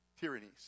tyrannies